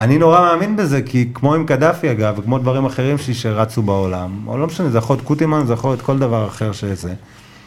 אני נורא מאמין בזה, כי כמו עם קדפי אגב, וכמו דברים אחרים שלי שרצו בעולם, לא משנה, זה יכול להיות קוטימאן, זה יכול להיות כל דבר אחר שזה.